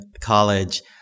college